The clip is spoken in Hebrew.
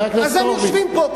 אז הם יושבים פה,